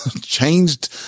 Changed